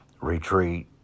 retreat